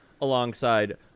alongside